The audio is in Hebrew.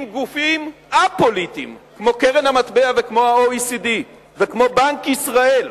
אם גופים א-פוליטיים כמו קרן המטבע וכמו ה-OECD וכמו בנק ישראל